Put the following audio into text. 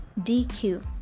DQ